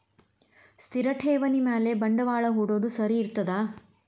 ಸ್ಥಿರ ಠೇವಣಿ ಮ್ಯಾಲೆ ಬಂಡವಾಳಾ ಹೂಡೋದು ಸರಿ ಇರ್ತದಾ?